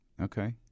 Okay